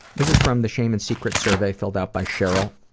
this is from the shame and secrets survey, filled out by cheryl.